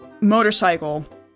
motorcycle